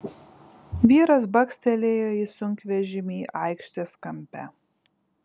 vyras bakstelėjo į sunkvežimį aikštės kampe